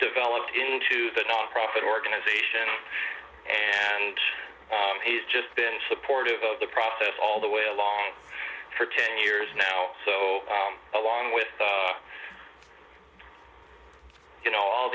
develop into the nonprofit organization and he's just been supportive of the process all the way along for ten years now so along with you know all